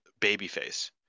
babyface